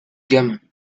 gamme